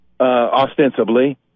ostensibly